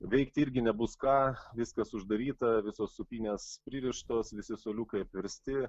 veikti irgi nebus ką viskas uždaryta visos sūpynės pririštos visi suoliukai apversti